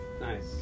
Nice